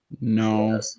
No